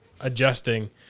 adjusting